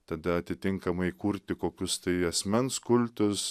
tada atitinkamai kurti kokius tai asmens kultus